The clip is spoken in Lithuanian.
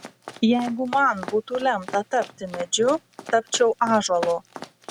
jeigu man būtų lemta tapti medžiu tapčiau ąžuolu